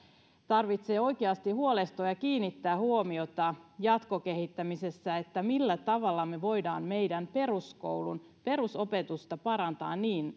tarvitsee oikeasti huolestua ja pitäisi kiinnittää huomiota jatkokehittämisessä siihen millä tavalla me voimme meidän peruskoulun perusopetusta parantaa niin